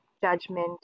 judgment